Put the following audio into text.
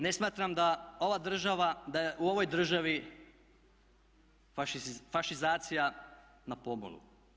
Ne smatram da ova država, da je u ovoj državi fašizacija na pomolu.